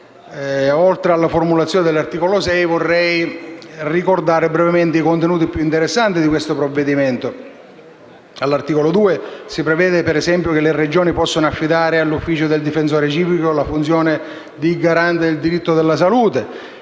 Oltre alla riformulazione dell'articolo 6, vorrei ricordare brevemente i contenuti più interessanti di questo provvedimento. All'articolo 2 si prevede, per esempio, che le Regioni possano affidare all'ufficio del difensore civico la funzione di garante del diritto alla salute.